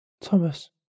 Thomas